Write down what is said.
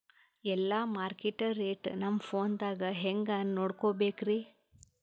ಎಲ್ಲಾ market rate ನಮ್ ಫೋನದಾಗ ಹೆಂಗ ನೋಡಕೋಬೇಕ್ರಿ?